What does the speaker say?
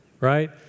right